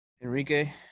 Enrique